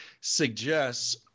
suggests